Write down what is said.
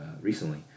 recently